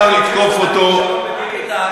כל דבר, אפשר לתקוף אותו, כישלון מדיני.